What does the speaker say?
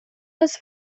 was